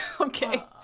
okay